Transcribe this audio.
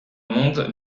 monde